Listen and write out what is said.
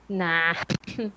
nah